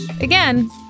again